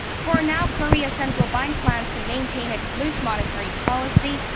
for now, korea's central bank plans to maintain its loose monetary policy.